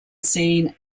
seen